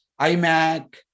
iMac